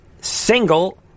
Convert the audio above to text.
single